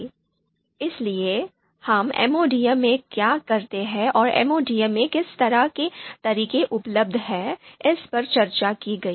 इसलिए हम MODM में क्या करते हैं और MODM में किस तरह के तरीके उपलब्ध हैं इस पर चर्चा की गई